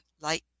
light